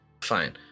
Fine